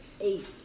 eight